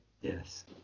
Yes